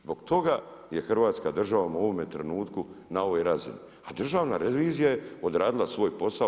Zbog toga je Hrvatska država u ovome trenutku na ovoj razini, a Državna revizija je odradila svoj posao.